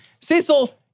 Cecil